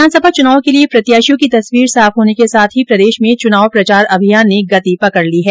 विधानसभा चुनाव के लिये प्रत्याशियों की तस्वीर साफ होने के साथ ही प्रदेश में चुनाव प्रचार अभियान ने गति पकडी ली है